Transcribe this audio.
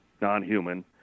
non-human